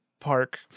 park